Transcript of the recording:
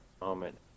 moment